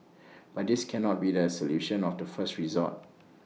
but this cannot be the solution of the first resort